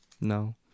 No